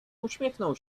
uśmiechnął